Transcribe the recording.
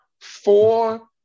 four